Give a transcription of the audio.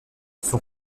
son